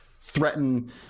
threaten